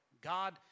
God